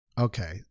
Okay